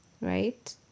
right